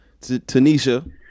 Tanisha